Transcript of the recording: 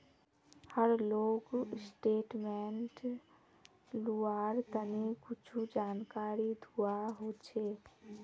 हर loan statement लुआर तने कुछु जानकारी दुआ होछे